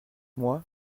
moi